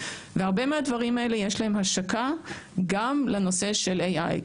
ולהרבה מהדברים האלה יש השקה גם לנושא של AI,